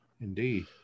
indeed